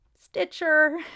Stitcher